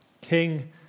King